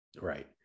right